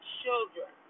children